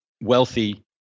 wealthy